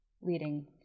leading